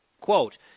Quote